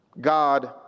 God